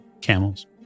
camels